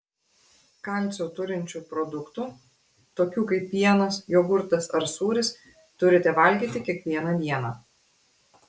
kalcio turinčių produktų tokių kaip pienas jogurtas ar sūris turite valgyti kiekvieną dieną